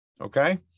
Okay